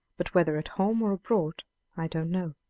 but whether at home or abroad i don't know.